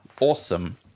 awesome